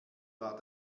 war